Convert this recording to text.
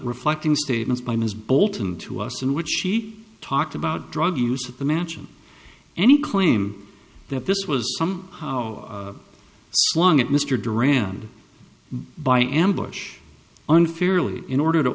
reflecting statements by ms bolton to us in which she talked about drug use of the match and any claim that this was some how long it mr duran by ambush unfairly in order to